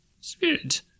Spirit